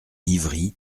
ivry